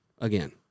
again